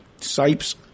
Sipes